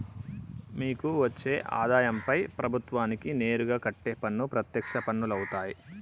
మీకు వచ్చే ఆదాయంపై ప్రభుత్వానికి నేరుగా కట్టే పన్ను ప్రత్యక్ష పన్నులవుతాయ్